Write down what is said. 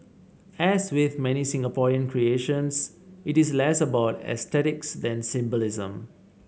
as with many Singaporean creations it is less about aesthetics than symbolism